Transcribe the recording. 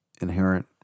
inherent